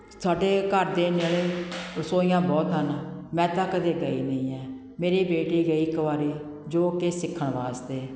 ਸਾਡੇ ਘਰ ਦੇ ਨੇੜੇ ਰਸੋਈਆਂ ਬਹੁਤ ਹਨ ਮੈਂ ਤਾਂ ਕਦੇ ਗਈ ਨਹੀਂ ਐ ਮੇਰੀ ਬੇਟੀ ਗਈ ਇੱਕ ਵਾਰੀ ਜੋ ਕਿ ਸਿੱਖਣ ਵਾਸਤੇ